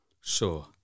Sure